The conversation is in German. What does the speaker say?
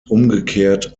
umgekehrt